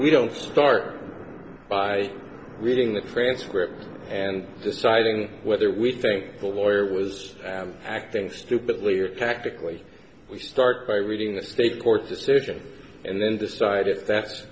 we don't start by reading the transcript and deciding whether we think the lawyer was acting stupidly or tactically we should start by reading the state court decision and then decide if that's